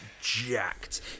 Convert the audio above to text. jacked